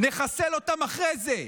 נחסל אותם אחרי זה.